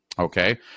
Okay